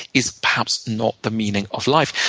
is perhaps not the meaning of life.